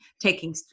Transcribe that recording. taking